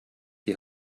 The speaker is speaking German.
die